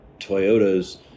Toyotas